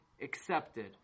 accepted